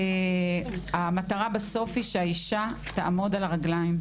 המטרה בסוף היא שהאישה תעמוד על הרגליים,